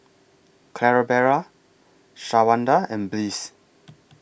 Clarabelle Shawanda and Bliss